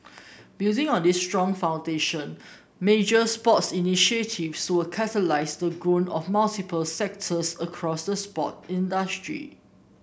building on this strong foundation major sports initiatives will catalyse the growth of multiple sectors across sport industry